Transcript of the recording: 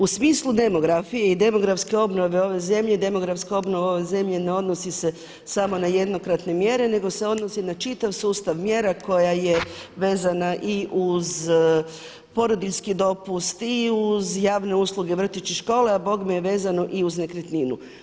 U smislu demografije i demografske obnove ove zemlje, demografske obnove ove zemlje ne odnosi se samo na jednokratne mjere nego se odnosi na čitav sustav mjera koja je vezana i uz porodiljski dopust i uz javne usluge, vrtić i škole a bogme je vezano i uz nekretninu.